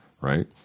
right